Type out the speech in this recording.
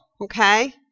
okay